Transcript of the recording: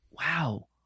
wow